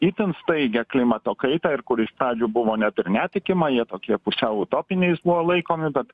itin staigią klimato kaitą ir kur iš pradžių buvo net ir netikima jie tokie pusiau utopiniais buvo laikomi bet